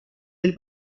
del